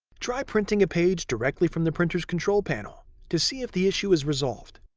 try printing a page directly from the printer's control panel to see if the issue is resolved.